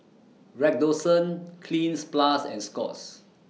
Redoxon Cleanz Plus and Scott's